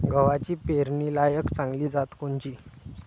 गव्हाची पेरनीलायक चांगली जात कोनची?